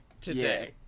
today